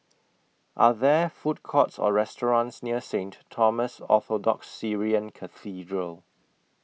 Are There Food Courts Or restaurants near Saint Thomas Orthodox Syrian Cathedral